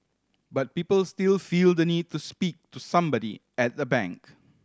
but people still feel the need to speak to somebody at the bank